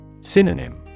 Synonym